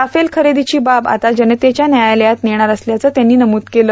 Rafale खरेदीची बाब आता जनतेच्या न्यायालयात नेणार असल्याचंही त्यांनी नमूद केलं